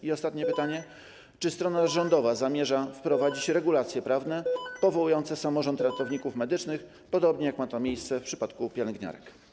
I ostatnie pytanie: Czy strona rządowa zamierza wprowadzić regulacje prawne powołujące samorząd ratowników medycznych, podobnie jak ma to miejsce w przypadku pielęgniarek?